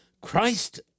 Christ